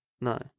No